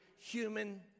human